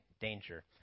danger